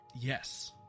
yes